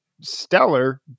stellar